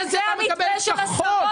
אבל זה המתווה של השרות.